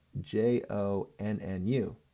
J-O-N-N-U